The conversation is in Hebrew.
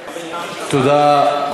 תודה רבה, אדוני.